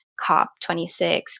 COP26